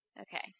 Okay